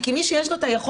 כי מי שיש לו היכולת,